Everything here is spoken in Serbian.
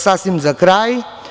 Sasvim za kraj.